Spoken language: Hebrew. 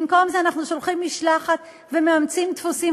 במקום זה אנחנו שולחים משלחת ומאמצים דפוסים